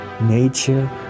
Nature